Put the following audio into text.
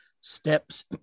steps